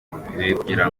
kugira